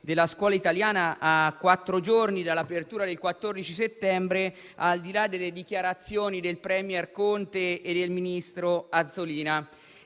della scuola italiana a quattro giorni dall'apertura, prevista per il prossimo 14 settembre, al di là delle dichiarazioni del *premier* Conte e del ministro Azzolina.